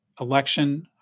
election